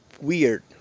weird